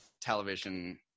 television